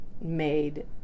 made